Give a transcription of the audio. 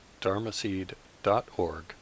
dharmaseed.org